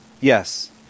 yes